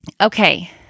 Okay